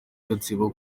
gatsibo